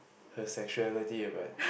her sexuality ya but